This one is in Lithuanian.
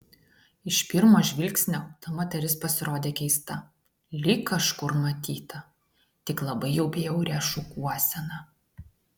iš pirmo žvilgsnio ta moteris pasirodė keista lyg kažkur matyta tik labai jau bjauria šukuosena